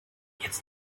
jetzt